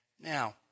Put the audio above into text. Now